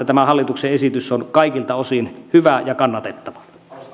tämä hallituksen esitys on kaikilta osin hyvä ja kannatettava täällä